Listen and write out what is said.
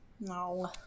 no